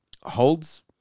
Holds